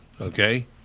okay